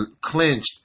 clinched